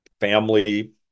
family